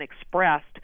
expressed